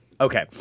okay